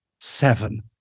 seven